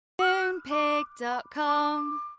Moonpig.com